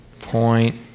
point